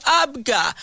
abga